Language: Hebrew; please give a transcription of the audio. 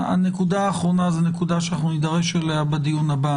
הנקודה האחרונה זו נקודה שנידרש אליה בדיון הבא.